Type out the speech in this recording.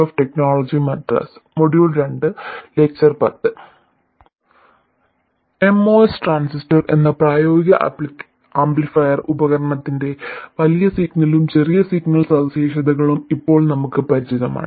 MOS transistor എന്ന പ്രായോഗിക amplifier ഉപകരണത്തിന്റെ വലിയ സിഗ്നലും ചെറിയ സിഗ്നൽ സവിശേഷതകളും ഇപ്പോൾ നമുക്ക് പരിചിതമാണ്